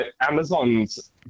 Amazon's